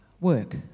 work